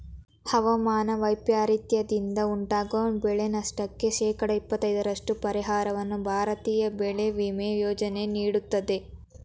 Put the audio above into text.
ಹವಾಮಾನ ವೈಪರೀತ್ಯದಿಂದ ಉಂಟಾಗುವ ಬೆಳೆನಷ್ಟಕ್ಕೆ ಶೇಕಡ ಇಪ್ಪತೈದರಷ್ಟು ಪರಿಹಾರವನ್ನು ಭಾರತೀಯ ಬೆಳೆ ವಿಮಾ ಯೋಜನೆ ನೀಡುತ್ತದೆ